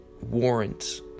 warrants